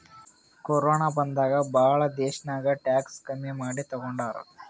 corona ಬಂದಾಗ್ ಭಾಳ ದೇಶ್ನಾಗ್ ಟ್ಯಾಕ್ಸ್ ಕಮ್ಮಿ ಮಾಡಿ ತಗೊಂಡಾರ್